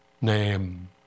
name